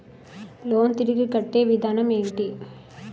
Loan తిరిగి కట్టే విధానం ఎంటి?